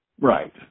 Right